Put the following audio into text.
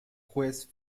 juez